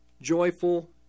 Joyful